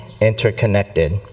interconnected